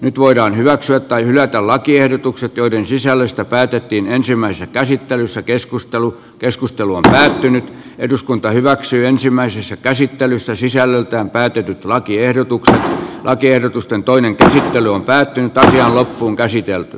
nyt voidaan hyväksyä tai hylätä lakiehdotukset joiden sisällöstä päätettiin ensimmäisessä käsittelyssä keskustelu keskustelu on edennyt eduskunta hyväksyi ensimmäisessä käsittelyssä sisällöltään päätetyt lakiehdotukseen lakiehdotusten toinen käsittely on päättynyt asia on loppuunkäsitelty